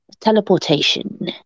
Teleportation